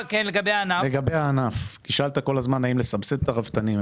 לגבי הענף, כי שאלת כל הזמן האם לסבסד את הרפתנים.